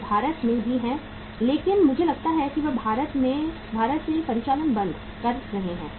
वे भारत में भी हैं लेकिन मुझे लगता है कि वे भारत से परिचालन बंद कर रहे हैं